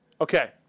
Okay